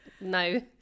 no